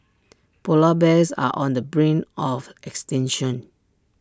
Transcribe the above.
Polar Bears are on the brink of extinction